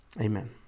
Amen